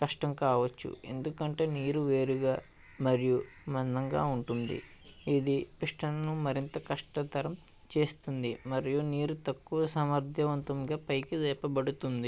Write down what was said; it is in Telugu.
కష్టం కావచ్చు ఎందుకంటే నీరు వేరుగా మరియు మందంగా ఉంటుంది ఇది పిస్టనను మరింత కష్టతరం చేస్తుంది మరియు నీరు తక్కువ సమర్థవంతంగా పైకి లేపబడుతుంది